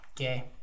Okay